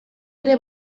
ere